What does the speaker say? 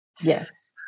Yes